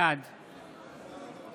בעד